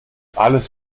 alles